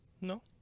No